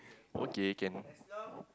okay can